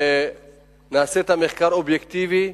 שנעשה מחקר אובייקטיבי,